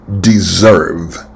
deserve